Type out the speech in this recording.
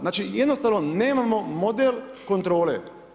Znači jednostavno nemamo model kontrole.